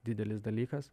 didelis dalykas